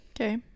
Okay